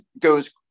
goes